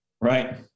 Right